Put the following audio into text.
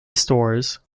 stores